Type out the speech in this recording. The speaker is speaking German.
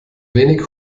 wenig